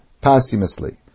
posthumously